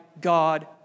God